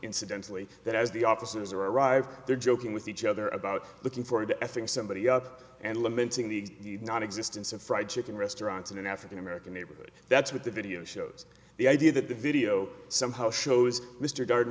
incidentally that as the officers arrive they're joking with each other about looking forward to i think somebody up and lamenting the not existence of fried chicken restaurants in an african american neighborhood that's what the video shows the idea that the video somehow shows mr darden